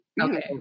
okay